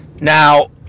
Now